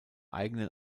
eigenen